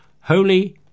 Holy